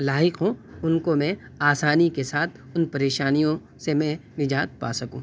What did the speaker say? لاحق ہوں ان کو میں آسانی کے ساتھ ان پریشانیوں سے میں نجات پا سکوں